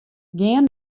gean